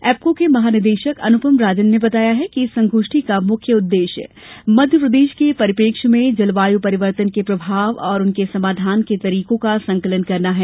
एप्कों के महानिदेशक अनुपम राजन ने बताया कि इस संगोष्ठी का मुख्य उद्देश्य मध्यप्रदेश के परिप्रेक्ष्य में जलवायु परिवर्तन के प्रभाव और उनके समाधान के तरीकों का संकलन करना है